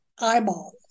eyeball